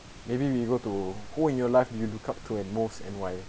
maybe we go to who in your life you look up to at most and why